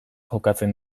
jokatzen